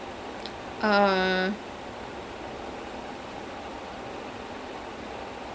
like no rehearsal nothing eh just like oh ஒருவாட்டி பாத்துட்டு சரி:oruvaatti paathutu seri take போய்டலாம்:poyidalaam